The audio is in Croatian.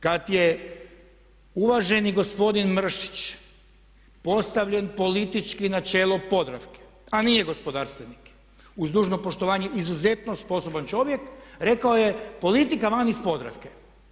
Kada je uvaženi gospodin Mršić postavljen politički na čelo Podravke a nije gospodarstvenik, uz dužno poštovanje izuzetno sposoban čovjek rekao je, politika van iz Podravke.